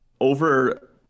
over